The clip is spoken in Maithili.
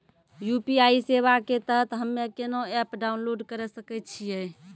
यु.पी.आई सेवा के तहत हम्मे केना एप्प डाउनलोड करे सकय छियै?